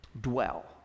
dwell